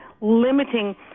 limiting